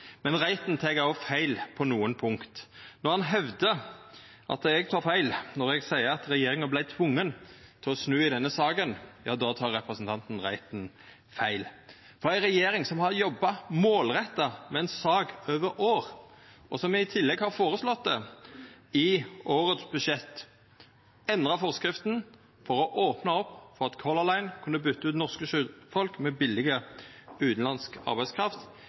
Men Reiten tek også feil på nokre punkt. Når han hevdar at eg tek feil når eg seier at regjeringa vart tvinga til å snu i denne saka, tek representanten Reiten feil. Ei regjering som har jobba målretta med ei sak over år, og som i tillegg har føreslått det i årets budsjett, endra forskrifta for å opna opp for at Color Line kunne byta ut norske sjøfolk med billig utanlandsk arbeidskraft,